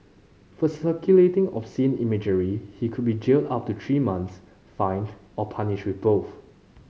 for circulating obscene imagery he could be jailed up to three months fined or punished with both